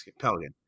pelican